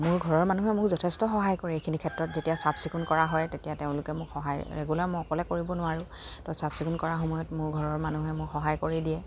মোৰ ঘৰৰ মানুহে মোক যথেষ্ট সহায় কৰে এইখিনি ক্ষেত্ৰত যেতিয়া চাফ চিকুণ কৰা হয় তেতিয়া তেওঁলোকে মোক সহায় ৰেগুলাৰ মই অকলে কৰিব নোৱাৰোঁ ত' চাফ চিকুণ কৰা সময়ত মোৰ ঘৰৰ মানুহে মোক সহায় কৰি দিয়ে